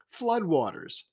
Floodwaters